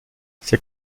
c’est